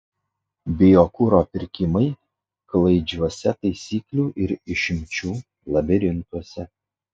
biokuro pirkimai klaidžiuose taisyklių ir išimčių labirintuose